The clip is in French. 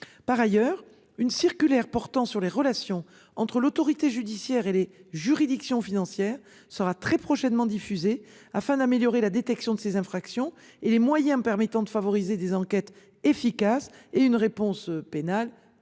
par ailleurs une circulaire portant sur les relations entre l'autorité judiciaire et les juridictions financières sera très prochainement diffusé afin d'améliorer la détection de ces infractions et les moyens permettant de favoriser des enquêtes efficaces et une réponse pénale